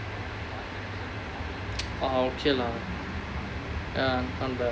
il>